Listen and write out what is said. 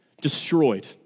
Destroyed